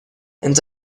and